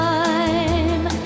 time